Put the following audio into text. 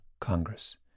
Congress